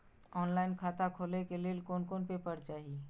Online खाता खोले के लेल कोन कोन पेपर चाही?